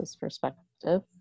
perspective